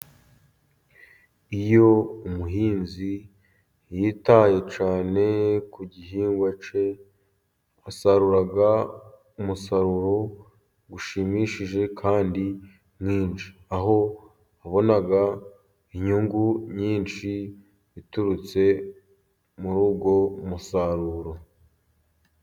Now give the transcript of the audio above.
yo umuhinzi yitaye cyane ku gihingwa cye, asarura umusaruro ushimishije, kandi mwinshi, aho wabonaga inyungu nyinshi iturutse muri uwo musaruro.